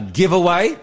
giveaway